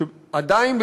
שעדיין,